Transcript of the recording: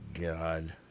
God